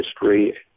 history